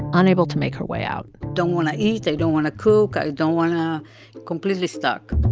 unable to make her way out don't want to eat. i don't want to cook. i don't want to completely stuck